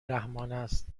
رحمانست